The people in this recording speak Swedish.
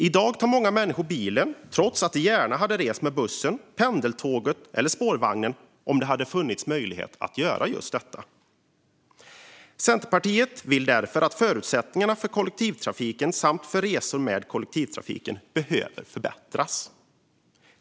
I dag tar många människor bilen, trots att de gärna hade rest med bussen, pendeltåget eller spårvagnen om det hade funnits möjlighet att göra det. Centerpartiet anser därför att förutsättningarna för resor med kollektivtrafiken behöver förbättras.